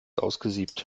ausgesiebt